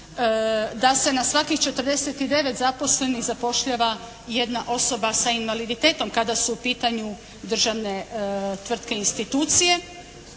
da se na svakih 49 zaposlenih zapošljava i jedna osoba sa invaliditetom kada su u pitanju državne tvrtke i institucije,